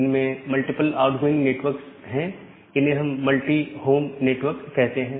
इनमें multiple outgoing network है इन्हें हम मल्टी होम नेटवर्क कहते हैं